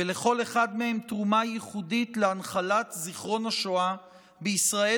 ולכל אחד מהם תרומה ייחודית להנחלת זיכרון השואה בישראל